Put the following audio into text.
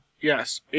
Yes